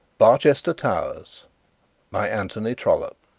barchester towers by anthony trollope